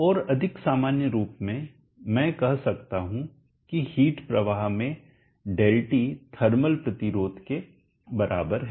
और अधिक सामान्य रूप में मैं कह सकता हूं कि हिट प्रवाह में ΔT थर्मल प्रतिरोध के बराबर है